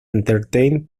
entertain